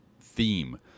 theme